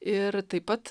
ir taip pat